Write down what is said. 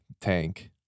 tank